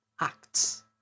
acts